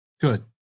Good